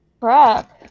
crap